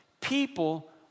people